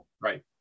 Right